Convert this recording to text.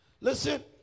Listen